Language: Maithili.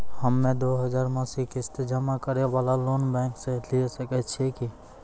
हम्मय दो हजार मासिक किस्त जमा करे वाला लोन बैंक से लिये सकय छियै की?